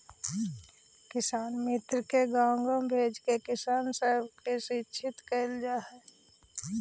कृषिमित्र के गाँव गाँव भेजके किसान सब के शिक्षित कैल जा हई